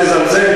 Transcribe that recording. אל תזלזל,